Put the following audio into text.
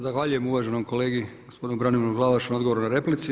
Zahvaljujem uvaženom kolegi gospodinu Branimiru Glavašu na odgovoru na repliku.